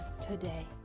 today